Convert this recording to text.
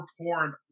porn